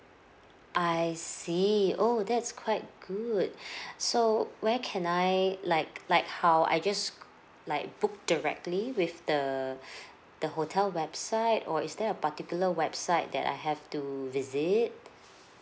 I see oh that's quite good so where can I like like how I just like book directly with the the hotel website or is there a particular website that I have to visit